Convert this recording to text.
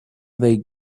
they